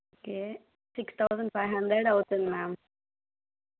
okay six thousand five hundred అవుతుంది ma'am